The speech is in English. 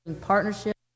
partnership